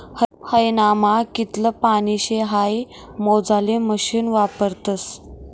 ह्यानामा कितलं पानी शे हाई मोजाले मशीन वापरतस